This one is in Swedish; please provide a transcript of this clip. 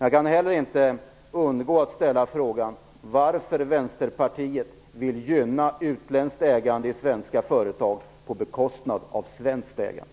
Jag kan inte heller undgå att ställa frågan varför Vänsterpartiet vill gynna utländskt ägande i svenska företag på bekostnad av svenskt ägande.